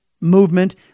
movement